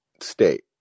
state